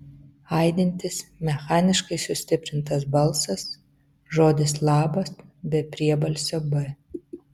aidintis mechaniškai sustiprintas balsas žodis labas be priebalsio b